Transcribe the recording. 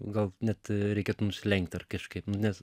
gal net reikėtų nusilenkti ar kažkaip nu nes